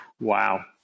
Wow